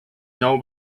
nou